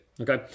okay